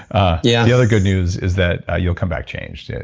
ah yeah. the other good news is that ah you'll come back changed. yeah